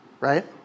right